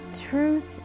truth